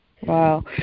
Wow